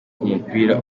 umupira